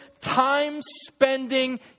time-spending